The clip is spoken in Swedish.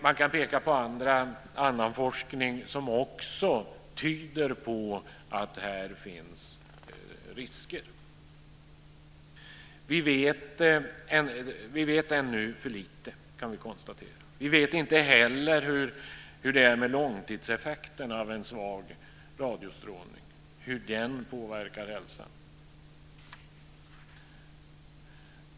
Man kan peka på annan forskning som också tyder på att det här finns risker. Vi vet ännu för lite, kan vi konstatera. Vi vet inte heller hur det är med långtidseffekterna av en svag radiostrålning, hur den påverkar hälsan.